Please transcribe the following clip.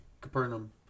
Capernaum